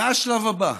מה השלב הבא?